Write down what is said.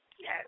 Yes